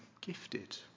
Gifted